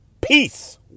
Peace